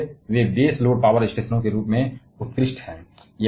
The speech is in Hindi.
और इसलिए वे बेस लोड पावर स्टेशनों के रूप में उत्कृष्ट हैं